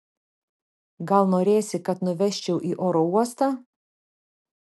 gal norėsi kad nuvežčiau į oro uostą